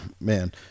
man